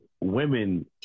Women